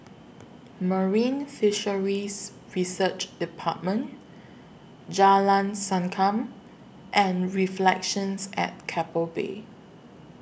Marine Fisheries Research department Jalan Sankam and Reflections At Keppel Bay